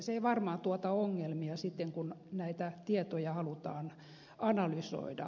se ei varmaan tuota ongelmia sitten kun näitä tietoja halutaan analysoida